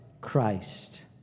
Christ